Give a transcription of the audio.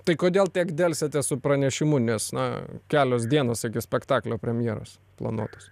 tai kodėl tiek delsėte su pranešimu nes na kelios dienos iki spektaklio premjeros planuotos